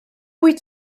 wyt